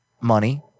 money